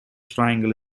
triangle